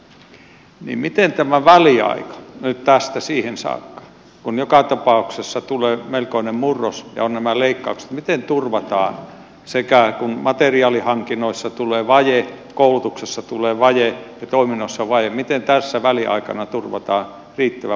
miten tässä väliaikana nyt tästä siihen saakka kun joka tapauksessa tulee melkoinen murros ja on nämä leikkaukset kun materiaalihankinnoissa tulee vaje koulutuksessa tulee vaje ja toiminnoissa on vaje turvataan riittävä puolustusvalmius